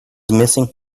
missing